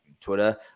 Twitter